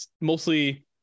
Mostly